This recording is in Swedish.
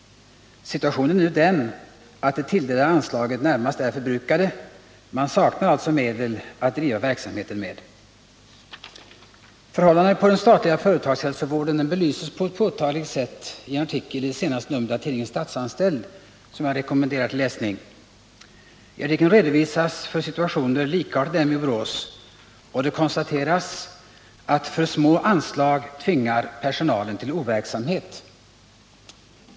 Situationen är nu den att det tilldelade anslaget är nästan förbrukat. Man saknar alltså medel att driva verksamheten. Förhållandena inom den statliga företagshälsovården belyses på ett påtagligt sätt i en artikel i det senaste numret av tidningen Statsanställd, som jag rekommenderar till läsning. I artikeln redovisas situationer liknande den i Borås, och det konstateras att för små anslag tvingar personalen till overksamhet.